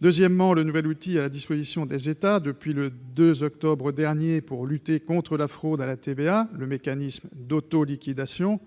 Deuxièmement, le nouvel outil à la disposition des États, depuis le 2 octobre dernier, pour lutter contre la fraude à la TVA, le mécanisme d'autoliquidation,